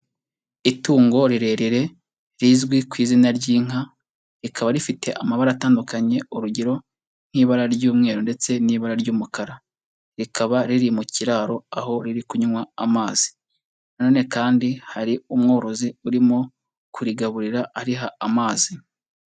Itungo rirerire rizwi ku izina ry'inka, rikaba rifite amabara atandukanye urugero nk'ibara ry'umweru ndetse n'ibara ry'umukara. Rikaba riri mu kiraro aho riri kunywa amazi. Na none kandi hari umworozi urimo kurigaburira, ariha amazi.